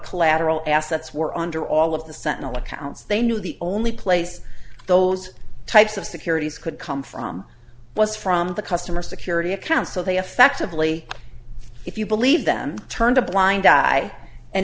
collateral assets were under all of the sentinel accounts they knew the only place those types of securities could come from was from the customer security account so they effectively if you believe them turned a blind eye and